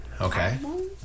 Okay